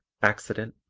accident,